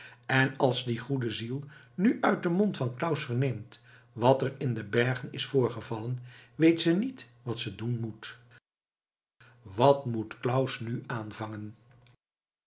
en als die goede ziel nu uit den mond van claus verneemt wat er in de bergen is voorgevallen weet ze niet wat ze doen moet wat moet claus nu aanvangen